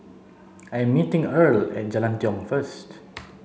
I'm meeting Earle at Jalan Tiong first